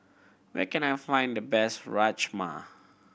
where can I find the best Rajma